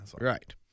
right